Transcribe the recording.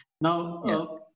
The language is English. Now